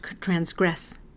transgress